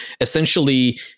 essentially